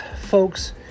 folks